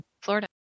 Florida